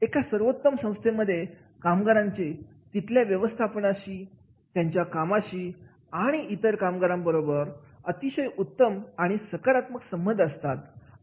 एका सर्वोत्तम संस्थेमध्ये कामगारांचे तिथल्या व्यवस्थापनाशी त्यांच्या कामाशी आणि इतर कामगारां बरोबर अतिशय उत्तम आणि सकारात्मक संबंध असतात